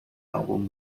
album